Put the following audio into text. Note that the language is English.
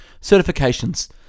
Certifications